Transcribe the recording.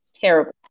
terrible